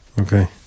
Okay